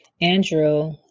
Andrew